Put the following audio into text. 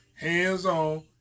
hands-on